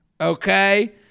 okay